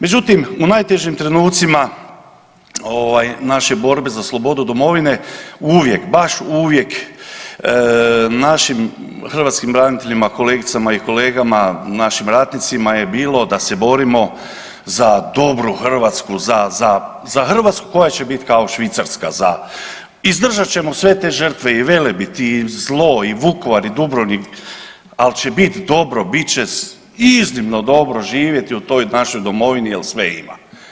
Međutim, u najtežim trenucima ovaj naše borbe za slobodu domovine uvijek, baš uvijek našim hrvatskim braniteljima kolegicama i kolegama, naši ratnicima je bilo da se borimo za dobru Hrvatsku, za, za Hrvatsku koja će biti kao Švicarska, za, izdržat ćemo sve te žrtve i Veleb i zlo i Vukovar i Dubrovnik, ali će biti dobro, bit će iznimno dobro živjeti u toj našoj domovini jer sve ima.